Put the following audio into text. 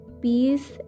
peace